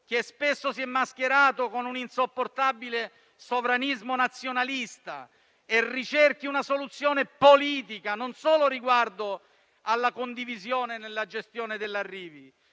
che spesso si è mascherato con un insopportabile sovranismo nazionalista, e ricerchi una soluzione politica, non solo riguardo alla condivisione nella gestione degli arrivi,